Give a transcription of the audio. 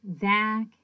Zach